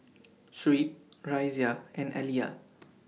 Shuib Raisya and Alya